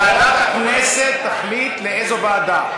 ועדת הכנסת תחליט לאיזו ועדה.